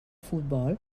futbol